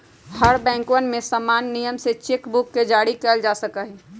हर बैंकवन में समान नियम से चेक बुक के जारी कइल जा सका हई